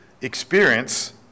experience